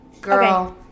Girl